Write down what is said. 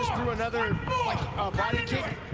another and like ah body kick.